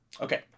Okay